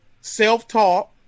self-taught